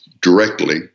directly